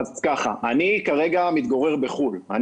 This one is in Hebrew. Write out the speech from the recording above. אני כרגע מתגורר בחו"ל.